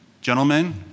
Gentlemen